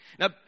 Now